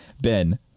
Ben